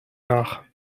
nach